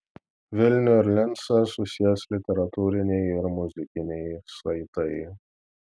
vilnių ir lincą susies literatūriniai ir muzikiniai saitai